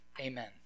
Amen